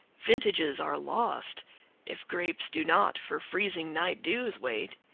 vintages are lost if grapes do not for freezing night-dews wait.